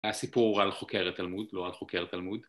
היה סיפור על חוקרת תלמוד, ‫לא על חוקר תלמוד.